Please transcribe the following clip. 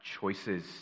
choices